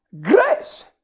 Grace